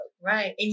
Right